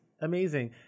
amazing